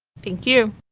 thank you